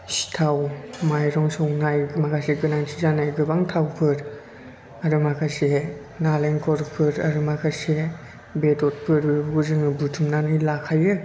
सिथाव माइरं सौनाय माखासे गोनांथि जानाय गोबां थावफोर आरो माखासे नालेंखरफोर आरो माखासे बेदरफोरबो जोङो बुथुमनानै लाखायो